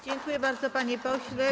Dziękuję bardzo, panie pośle.